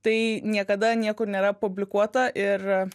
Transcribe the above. tai niekada niekur nėra publikuota ir